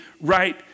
right